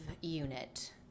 unit